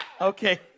Okay